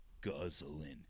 guzzling